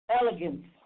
elegance